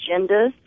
agendas